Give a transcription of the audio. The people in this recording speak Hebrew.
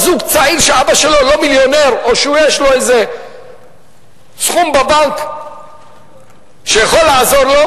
זוג צעיר שאבא שלו לא מיליונר או שיש לו איזה סכום בבנק שיכול לעזור לו,